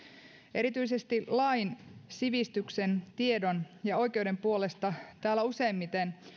erityisesti lain sivistyksen tiedon ja oikeuden puolesta täällä useimmiten